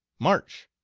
march!